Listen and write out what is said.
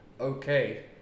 Okay